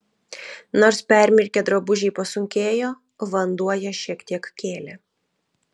nors permirkę drabužiai pasunkėjo vanduo ją šiek tiek kėlė